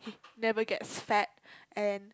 never get fat and